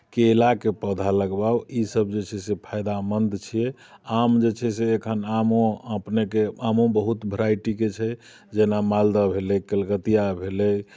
केराके पौधा लगवाउ ईसभ जे छै से फायदामन्द छियै आम जे छै से एखन आमो अपनेके आमो बहुत भेराइटीके छै जेना मालदह भेलै कलकतिया भेलै